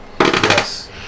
Yes